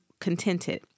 contented